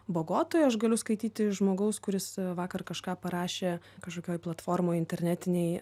bogotoj aš galiu skaityti žmogaus kuris vakar kažką parašė kažkokioj platformoj internetinėj